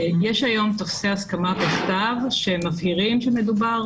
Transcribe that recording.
יש היום טפסי הסכמה בכתב, שמבהירים שמדובר